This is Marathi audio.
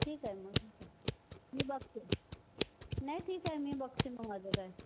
ठीक आहे मग ठीक आहे मी बघते नाही ठीक आहे मी बघते मग माझं काय